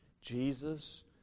Jesus